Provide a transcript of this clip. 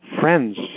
friends